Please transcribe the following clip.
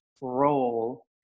role